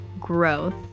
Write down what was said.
growth